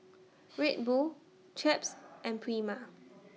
Red Bull Chaps and Prima